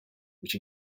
which